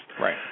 Right